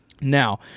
Now